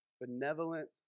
benevolent